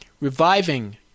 reviving